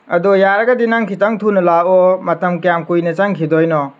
ꯑꯗꯣ ꯌꯥꯔꯒꯗꯤ ꯅꯪ ꯈꯤꯇꯪ ꯊꯨꯅ ꯂꯥꯛꯑꯣ ꯃꯇꯝ ꯀꯌꯥꯝ ꯀꯨꯏꯅ ꯆꯪꯈꯤꯗꯣꯏꯅꯣ